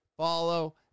follow